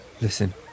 listen